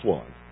one